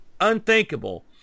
unthinkable